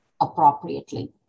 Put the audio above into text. appropriately